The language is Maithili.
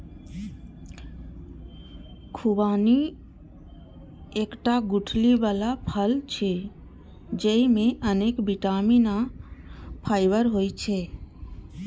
खुबानी एकटा गुठली बला फल छियै, जेइमे अनेक बिटामिन आ फाइबर होइ छै